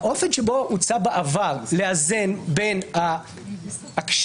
האופן שבו הוצע בעבר לאזן בין הקשיים